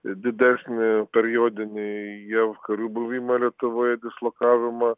didesnį periodinį jav karių buvimą lietuvoje dislokavimą